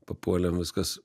papuolėm viskas